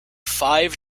five